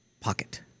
pocket